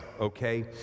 okay